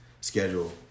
schedule